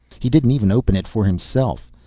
he didn't even open it for himself.